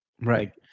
Right